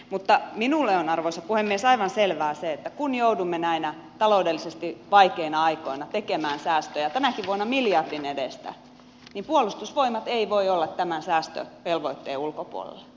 mutta minulle on arvoisa puhemies aivan selvää se että kun joudumme näinä taloudellisesti vaikeina aikoina tekemään säästöjä tänäkin vuonna miljardin edestä niin puolustusvoimat ei voi olla tämän säästövelvoitteen ulkopuolella